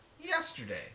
yesterday